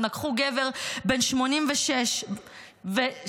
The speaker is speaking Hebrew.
הם לקחו גבר בן 85 אז,